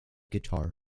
guitar